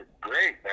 Great